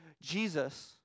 Jesus